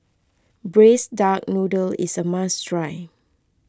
Braised Duck Noodle is a must try